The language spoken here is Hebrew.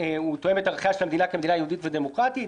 שתואם את ערכיה של המדינה כמדינה יהודית ודמוקרטית,